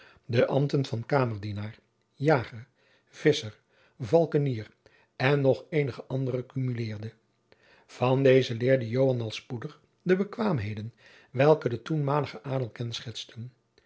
de ambten van kamerdienaar jager visscher valkenier en nog eenige andere cumuleerde van dezen leerde joan al spoedig de bekwaamheden welke den toenmaligen adel kenschetsten